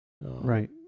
Right